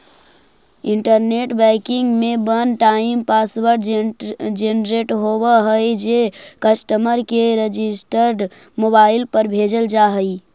internet banking में one time password generate होवऽ हइ जे कस्टमर के रजिस्टर्ड मोबाइल पर भेजल जा हइ